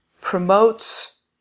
promotes